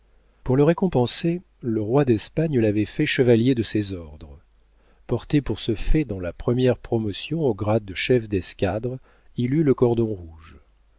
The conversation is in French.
pour le récompenser le roi d'espagne l'avait fait chevalier de ses ordres porté pour ce fait dans la première promotion au grade de chef d'escadre il eut le cordon rouge